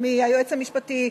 היועץ המשפטי.